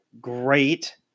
great